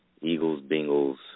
Eagles-Bengals